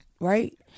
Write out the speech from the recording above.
right